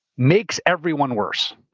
makes everyone worse.